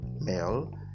male